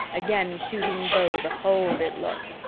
again shooting beau the hold it look.